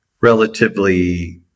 relatively